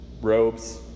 robes